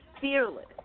fearless